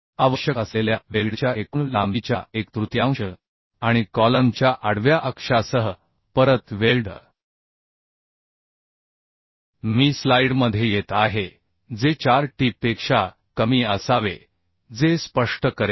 आवश्यक असलेल्या वेल्डच्या एकूण लांबीच्या एक तृतीयांश आणि कॉलमच्या आडव्या अक्षासह परत वेल्ड मी स्लाइडमध्ये येत आहे जे 4T पेक्षा कमी असावे जे स्पष्ट करेल